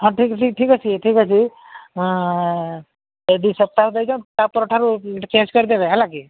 ହଁ ଠିକ୍ ଅଛି ଠିକ୍ ଅଛି ଏ ଦୁଇ ସପ୍ତାହ ଦେଇଦିଅ ତା ପରଠାରୁ ଚେଞ୍ଜ୍ କରିଦେବେ ହେଲା କି